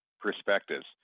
perspectives